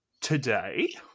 today